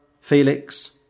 Felix